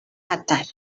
catar